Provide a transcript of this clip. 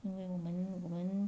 因为我们我们